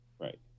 Right